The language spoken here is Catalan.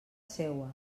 seua